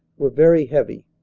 were very heavy.